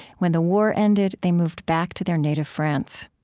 when the war ended, they moved back to their native france